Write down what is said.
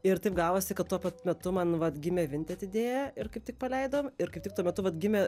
ir taip gavosi kad tuo pat metu man vat gimė vinted idėja ir kaip tik paleidom ir kaip tik tuo metu vat gimė